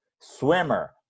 swimmer